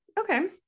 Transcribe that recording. Okay